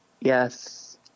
Yes